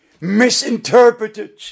misinterpreted